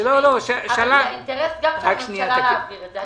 יש אינטרס גם של הממשלה להעביר את זה.